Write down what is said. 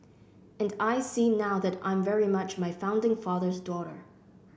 and I see now that I'm very much my founding father's daughter